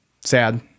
sad